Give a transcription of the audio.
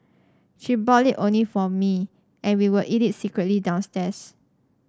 she bought it only for me and we would eat it secretly downstairs